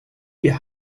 ihr